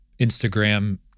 Instagram